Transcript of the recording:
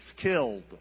killed